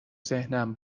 ذهنم